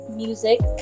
music